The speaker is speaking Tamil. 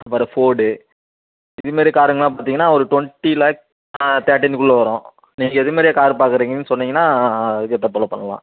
அப்புறம் ஃபோர்டு இது மாரி காருங்கள்லாம் பார்த்தீங்கன்னா ஒரு டொண்ட்டி லேக் தேட்டினுக்குள்ள வரும் நீங்கள் எது மாரியே காரு பார்க்குறீங்கன்னு சொன்னீங்கன்னா அதுக்கேற்றா போல் பண்ணலாம்